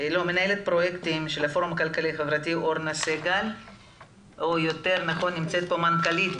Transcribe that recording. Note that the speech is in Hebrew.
קידום מדיניות, נמצאת איתנו.